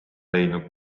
leidnud